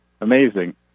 Amazing